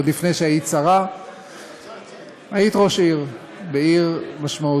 עוד לפני שהיית שרה היית ראש עיר בעיר משמעותית,